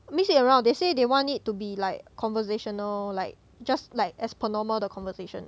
mix it around they say they want it to be like conversational like just like as per normal 的 conversation